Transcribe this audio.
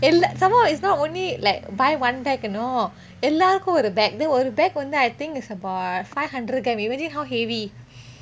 some more is not only like buy one bag know எல்லாருக்கும் ஒரு:ellarukum oru bag then ஒரு:oru bag வந்து:vanthu I think is about five hundred gram imagine how heavy